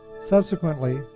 subsequently